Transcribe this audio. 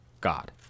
God